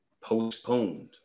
postponed